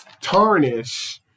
tarnish